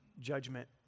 judgment